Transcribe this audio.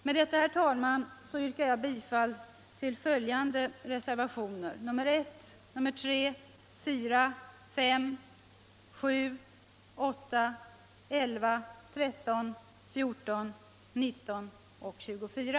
Med detta, herr talman, yrkar jag bifall till reservationerna 1, 3, 4, 5, 7, 8, 11, 13, 14, 19 och 24.